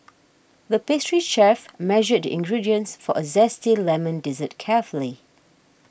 the pastry chef measured the ingredients for a Zesty Lemon Dessert carefully